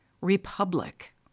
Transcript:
republic